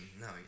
no